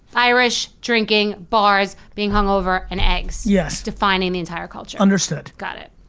irish, drinking, bars, being hungover, and eggs yes. defining the entire culture. understood. got it.